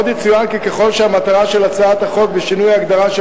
2. עוד יצוין כי ככל שהמטרה של הצעת החוק בשינוי ההגדרה של